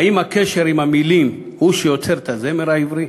האם הקשר עם המילים הוא שיוצר את הזמר העברי?